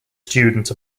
student